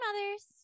Mothers